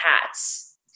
hats